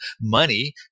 money